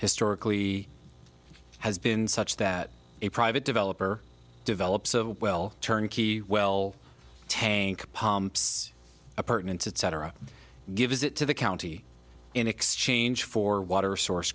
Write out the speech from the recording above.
historically has been such that a private developer develop so well turn key well tank pumps appurtenance it cetera gives it to the county in exchange for water source